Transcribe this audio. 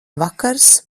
vakars